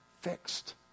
fixed